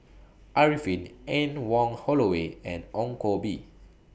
Arifin Anne Wong Holloway and Ong Koh Bee